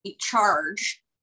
charge